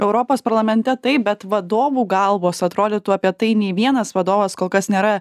europos parlamente taip bet vadovų galvos atrodytų apie tai nei vienas vadovas kol kas nėra